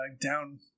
down